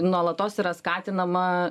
nuolatos yra skatinama